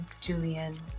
Julian